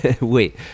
Wait